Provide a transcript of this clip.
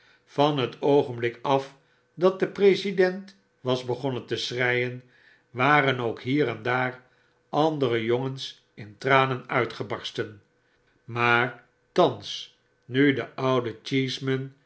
van het oogenblik af dat de president was begonnen te schreien waren ook hier en daar andere jongens in tranen uitgebarsten maar thans nu oude